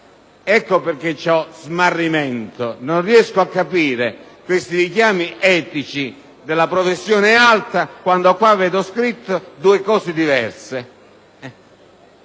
Ecco perché ho smarrimento. Non riesco a capire questi richiami etici alla professionalità alta quando qui vedo scritte due cose diverse.